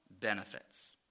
benefits